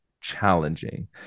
challenging